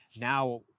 now